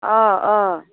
अ अ